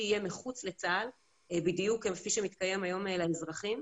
יהיה מחוץ לצה"ל בדיוק כפי שמתקיים היום לאזרחים.